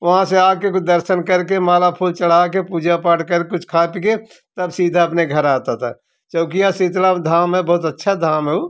वहाँ से आ के फिर दर्शन करके माला फूल चढ़ा के पूजा पाठ करके कुछ खा पी के तब सीधा अपने घर आता था चाैकिया से शीतला धाम है बहुत अच्छा धाम है ऊ